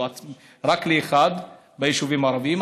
כאילו רק לאחד מהיישובים הערביים.